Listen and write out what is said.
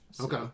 Okay